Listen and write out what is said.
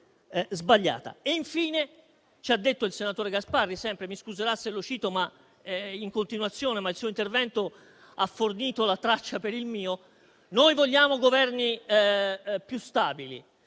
Infine, ci ha detto sempre il senatore Gasparri - mi scuserà se lo cito in continuazione, ma il suo intervento ha fornito la traccia per il mio - «noi vogliamo Governi più stabili».